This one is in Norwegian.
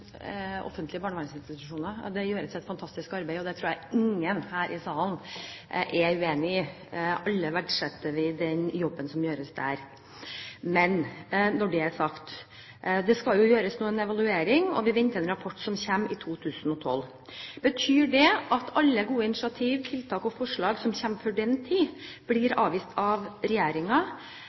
offentlige barnevernsinstitusjoner, og det gjøres et fantastisk arbeid. Det tror jeg ingen her i salen er uenige i. Alle verdsetter den jobben som gjøres der. Men når det er sagt: Det skal jo gjøres en evaluering, og vi venter en rapport som kommer i 2012. Betyr det at alle gode initiativ, tiltak og forslag som kommer før den tid, blir avvist av